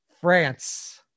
France